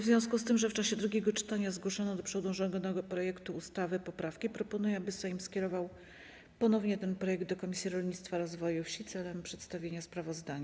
W związku z tym, że w czasie drugiego czytania zgłoszono do przedłożonego projektu ustawy poprawki, proponuję, aby Sejm skierował ponownie ten projekt do Komisji Rolnictwa i Rozwoju Wsi celem przedstawienia sprawozdania.